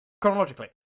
chronologically